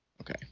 okay